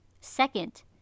Second